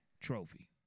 trophy